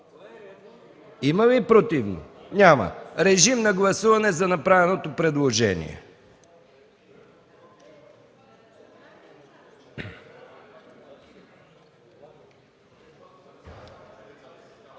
разискванията? Няма. Режим на гласуване за направеното предложение.